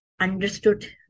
understood